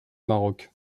maroc